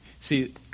see